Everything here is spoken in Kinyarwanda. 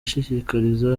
ashishikariza